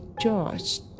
George